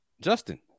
justin